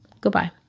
goodbye